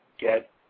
get